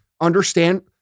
understand